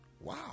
Wow